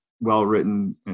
well-written